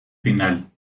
final